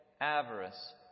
avarice